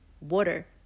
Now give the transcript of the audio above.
Water